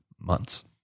months